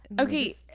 okay